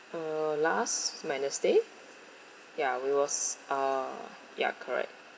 uh last wednesday ya we was uh ya correct